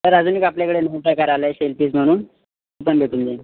sir अजून एक आपल्याकडे नव्हता करायला एक सेल फिश म्हणून पण भेटून जाईन